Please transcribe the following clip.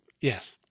yes